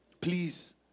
Please